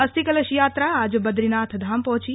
अस्थि कलश यात्रा आज बदरीनाथ धाम पहुंची